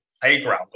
playground